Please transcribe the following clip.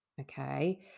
okay